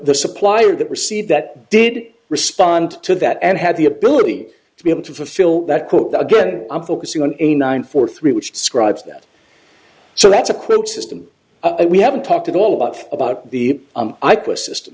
the supplier that received that did respond to that and had the ability to be able to fulfill that quote again i'm focusing on a nine for three which describes that so that's a quick system we haven't talked to a lot about the i quit system